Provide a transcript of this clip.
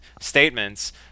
statements